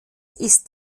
ist